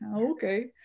Okay